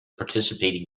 participating